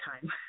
time